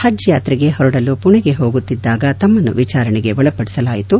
ಹಜ್ ಯಾತ್ರೆಗೆ ಹೊರಡಲು ಪುಣೆಗೆ ಹೋಗುತ್ತಿದ್ದಾಗ ತಮ್ನನ್ನು ವಿಚಾರಣೆಗೆ ಒಳಪಡಿಸಲಾಯಿತು